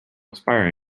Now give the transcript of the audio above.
expire